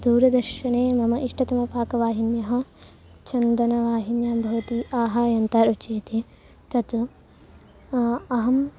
दूरदर्शने मम इष्टतम पाकवाहिन्यः चन्दनवाहिन्यः भवति आहा एन्ता रुचिः इति तत् अहम्